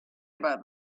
about